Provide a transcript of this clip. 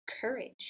courage